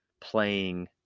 playing